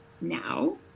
now